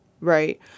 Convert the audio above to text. right